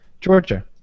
Georgia